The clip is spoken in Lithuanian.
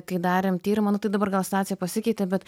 kai darėm tyrimą nu tai dabar gal situacija pasikeitė bet